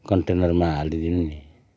कन्टेनरमा हालिदिनु नि